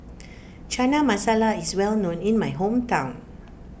Chana Masala is well known in my hometown